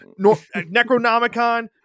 Necronomicon